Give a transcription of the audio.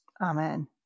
Amen